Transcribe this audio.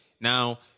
Now